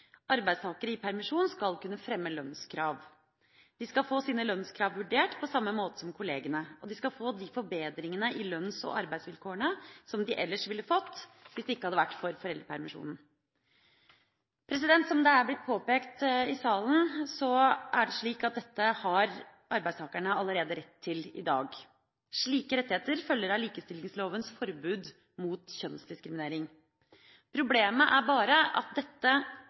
Arbeidstakere i permisjon skal kunne fremme lønnskrav. De skal få sine lønnskrav vurdert på samme måte som kollegene, og de skal få de forbedringene i lønns- og arbeidsvilkårene som de ellers ville fått hvis det ikke hadde vært for foreldrepermisjonen. Som det er blitt påpekt i salen, har arbeidstakerne allerede rett til dette i dag. Slike rettigheter følger av likestillingslovens forbud mot kjønnsdiskriminering. Problemet er bare at dette